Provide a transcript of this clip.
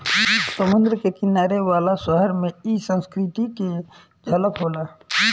समुंद्र के किनारे वाला शहर में इ संस्कृति के झलक होला